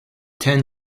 ten